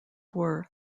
were